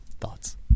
thoughts